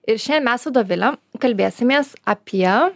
ir šiandien mes su dovile kalbėsimės apie